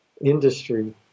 industry